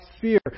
fear